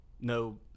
no